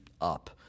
up